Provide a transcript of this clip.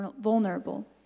vulnerable